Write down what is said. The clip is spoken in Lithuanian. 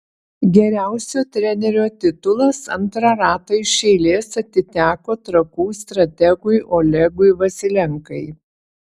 geriausio trenerio titulas antrą ratą iš eilės atiteko trakų strategui olegui vasilenkai